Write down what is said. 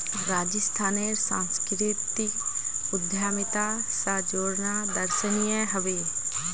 राजस्थानेर संस्कृतिक उद्यमिता स जोड़ना दर्शनीय ह बे